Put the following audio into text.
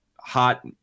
hot